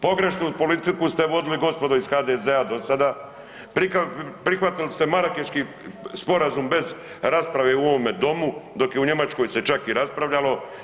Pogrešnu politiku ste vodili gospodo iz HDZ-a do sada, prihvatili ste Marakeški sporazum bez rasprave u ovome domu dok se u Njemačkoj čak i raspravljalo.